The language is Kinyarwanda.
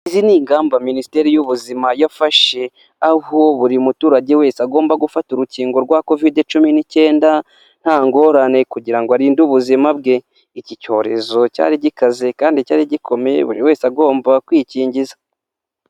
Izi ni ingamba minisiteri y'ubuzima yafashe, aho buri muturage wese agomba gufata urukingo rwa kovide cumi n'icyenda, nta ngorane kugira ngo arinde ubuzima bwe, iki cyorezo cyari gikaze kandi cyari gikomeye, buri wese agomba kwikingiza.